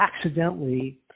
accidentally